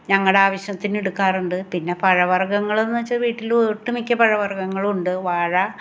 ഞങ്ങളുടെ ആവശ്യത്തിന് എടുക്കാറുണ്ട് പിന്നെ പഴവർഗ്ഗങ്ങളെന്ന് വച്ചാൽ വീട്ടിൽ ഒട്ടുമിക്ക പഴവർഗ്ഗങ്ങളുമുണ്ട് വാഴ